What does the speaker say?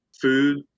food